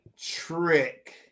Trick